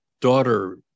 daughter